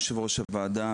יושב-ראש הוועדה,